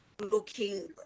looking